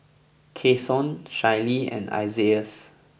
Cason Shaylee and Isaias